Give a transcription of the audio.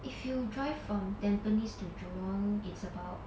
if you drive from tampines to jurong it's about